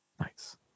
Nice